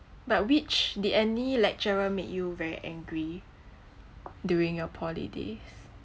but which did any lecturer made you very angry during your poly days